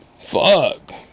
Fuck